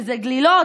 שזה גלילות,